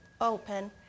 open